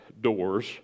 doors